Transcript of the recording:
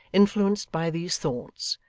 influenced by these thoughts,